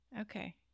Okay